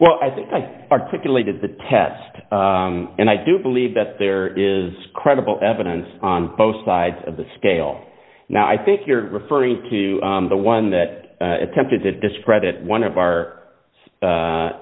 well articulated the test and i do believe that there is credible evidence on both sides of the scale now i think you're referring to the one that attempted to discredit one of our